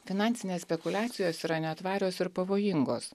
finansinės spekuliacijos yra netvarios ir pavojingos